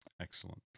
Excellent